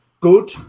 good